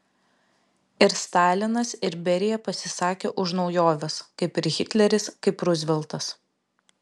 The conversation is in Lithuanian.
ir stalinas ir berija pasisakė už naujoves kaip ir hitleris kaip ruzveltas